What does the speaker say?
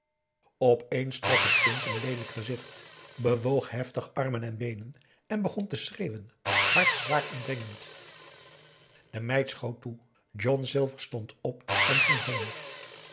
opeens trok het kind n leelijk gezicht bewoog heftig armen en beenen en begon te schreeuwen hard zwaar en dringend de meid schoot toe john silver stond op en ging heen